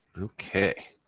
ok.